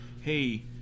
hey